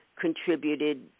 contributed